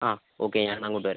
ആ ഒക്കെ ഞാൻ എന്നാൽ അങ്ങോട്ട് വരാം